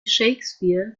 shakespeare